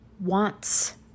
wants